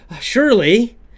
Surely